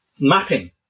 mapping